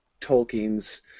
Tolkien's